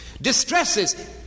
Distresses